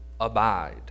abide